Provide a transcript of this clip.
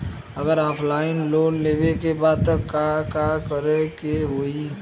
अगर offline loan लेवे के बा त का करे के होयी?